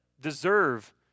deserve